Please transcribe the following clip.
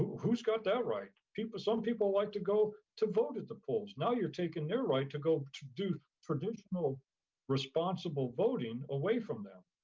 who's got that right? some people like to go to vote at the polls, now you're taking their right to go to do traditional responsible voting away from them.